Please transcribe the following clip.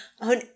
on